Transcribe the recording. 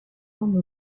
forment